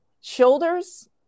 shoulders